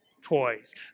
Toys